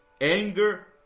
anger